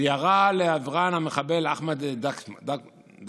וירה לעברן המחבל אחמד דקמסה.